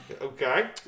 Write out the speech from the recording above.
Okay